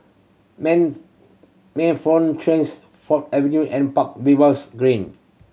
Ford Avenue and Park Green